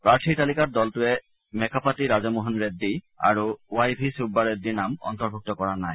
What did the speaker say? প্ৰাৰ্থীৰ তালিকাত দলটোৱে মেকাপাটি ৰাজামোহন ৰেড্ডী আৰু ৱাই ভি চূববা ৰেড্ডীৰ নাম অন্তৰ্ভুক্ত কৰা নাই